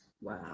Wow